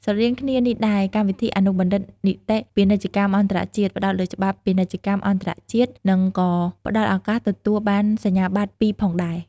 ស្រដៀងគ្នានេះដែរកម្មវិធីអនុបណ្ឌិតនីតិពាណិជ្ជកម្មអន្តរជាតិ ផ្តោតលើច្បាប់ពាណិជ្ជកម្មអន្តរជាតិ និងក៏ផ្តល់ឱកាសទទួលបានសញ្ញាបត្រពីរផងដែរ។